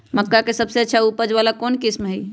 मक्का के सबसे अच्छा उपज वाला कौन किस्म होई?